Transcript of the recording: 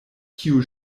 kiu